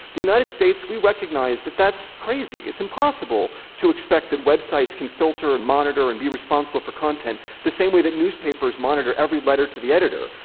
the united states, we recognize that that's crazy. it's impossible to expect that websites can filter, and monitor, and be responsible for content the same way that newspapers monitor every letter to the editor.